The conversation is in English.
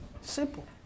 Simple